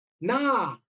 Nah